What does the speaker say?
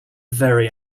very